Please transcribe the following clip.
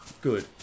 Good